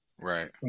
Right